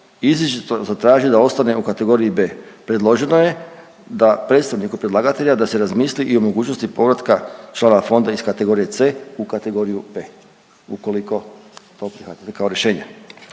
izričito zatraži da ostane u kategoriji B. Predloženo je da predstavniku predlagatelja da se razmisli i o mogućnosti povratka članova fonda iz kategorije C u kategoriju B, ukoliko to prihvatite kao rješenje.